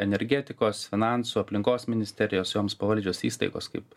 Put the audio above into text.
energetikos finansų aplinkos ministerijos joms pavaldžios įstaigos kaip